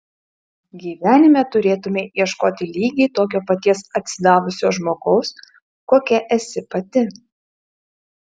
gyvenime turėtumei ieškoti lygiai tokio paties atsidavusio žmogaus kokia esi pati